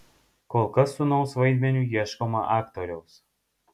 kol kas sūnaus vaidmeniui ieškoma aktoriaus